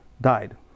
died